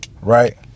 Right